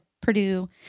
Purdue